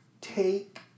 take